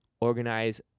organize